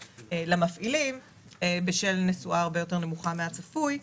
למפעילים בשל נסועה הרבה יותר נמוכה מהצפוי.